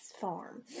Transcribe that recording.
farm